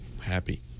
happy